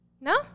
no